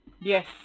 Yes